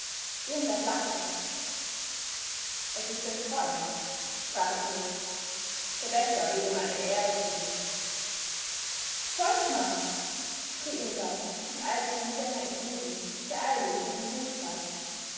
irmgard lachte es ist ein freund sprach ingo der wächter will ihm eine ehre tun volkmar schrie irmgard und eilte dem sänger entgegen der eilig in den hof trat